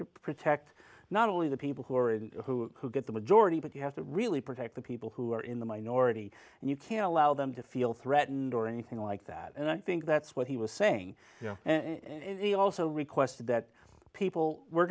to protect not only the people who are who get the majority but you have to really protect the people who are in the minority and you can't allow them to feel threatened or anything like that and i think that's what he was saying and he also requested that people were